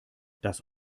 das